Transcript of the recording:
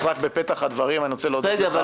אז רק בפתח הדברים אני רוצה להודות לך --- רגע,